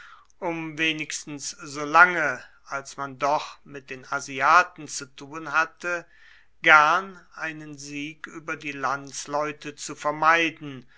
um wenigstens so lange als man doch mit den asiaten zu tun hatte gern einen sieg über die landsleute zu vermeiden